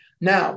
Now